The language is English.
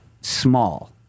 small